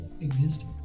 exist